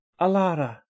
Alara